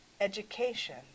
education